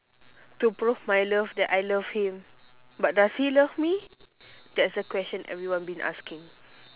to prove my love that I love him but does he love me that's the question that everyone been asking